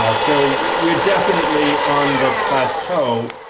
ah so we're definitely on the plateau.